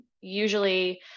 usually